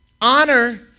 Honor